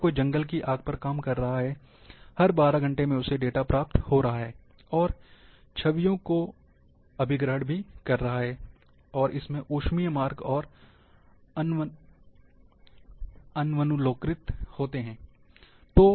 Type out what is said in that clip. अगर कोई जंगल की आग पर काम कर रहा है हर 12 घंटे में डेटा प्राप्त कर रहा है और छवियों को अभिग्रहण कर रहा है और इनमे ऊष्मीय मार्ग और अन्वनुलोकित्र होते हैं